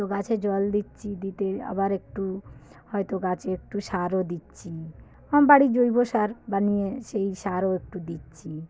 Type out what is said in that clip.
তো গাছে জল দিচ্ছি দিতে আবার একটু হয়তো গাছে একটু সারও দিচ্ছি আমার বাড়ির জৈব সার বানিয়ে সেই সারও একটু দিচ্ছি